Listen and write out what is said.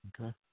Okay